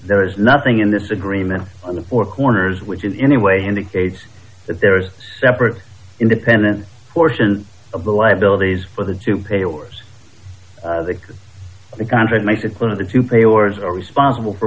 there is nothing in this agreement on the four corners which in any way indicates that there is a separate independent portion of the liabilities for the to pay or the contract makes it the to pay or as are responsible for